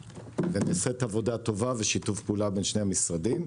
ונעשית עבודה טובה ושיתוף פעולה בין שני המשרדים.